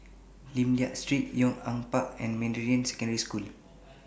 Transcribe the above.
Lim Liak Street Yong An Park and Meridian Secondary School